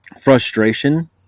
frustration